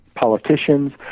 politicians